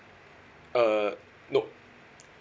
uh nop